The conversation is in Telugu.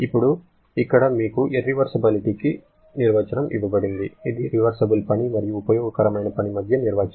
ఇప్పుడు ఇక్కడ మీకు ఇర్రివర్సిబిలిటికి నిర్వచనం ఇవ్వబడినది ఇది రివర్సిబుల్ పని మరియు ఉపయోగకరమైన పని మధ్య నిర్వచనం